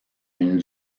une